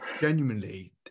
genuinely